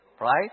Right